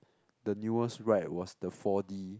the newest ride was the four-D